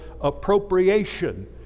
appropriation